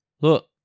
Look